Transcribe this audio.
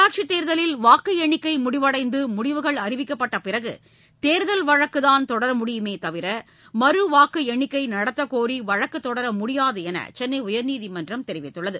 உள்ளாட்சி தேர்தலில் வாக்கு எண்ணிக்கை முடிவடைந்து முடிவுகள் அறிவிக்கப்பட்ட பிறகு தேர்தல் வழக்குதான் தொடர முடியுமே தவிர மறுவாக்கு எண்ணிக்கை நடத்தக்கோரி வழக்கு தொடர முடியாது என சென்னை உயர்நீதிமன்றம் தெரிவித்துள்ளது